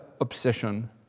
obsession